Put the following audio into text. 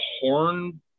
Horn